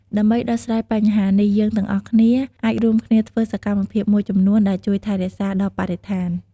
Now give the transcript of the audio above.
ដើម្បីដោះស្រាយបញ្ហានេះ យើងទាំងអស់គ្នាអាចរួមគ្នាធ្វើសកម្មភាពមួយចំនួនដែលជួយថែរក្សាដល់បរិស្ថាន។